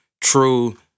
True